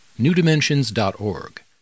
newdimensions.org